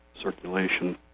circulation